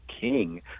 King